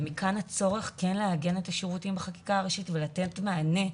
ומכאן הצורך כן לעגן את השירותים בחקיקה ראשית ולתת מענה,